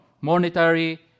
monetary